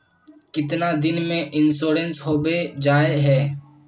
कीतना दिन में इंश्योरेंस होबे जाए है?